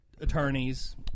attorneys